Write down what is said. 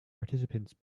participants